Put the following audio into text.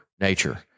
nature